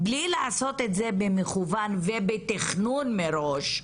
בלי לעשות את זה במכוון ובתכנון מראש,